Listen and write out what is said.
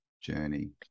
journey